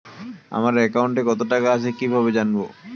আমার একাউন্টে টাকা কত আছে কি ভাবে জানবো?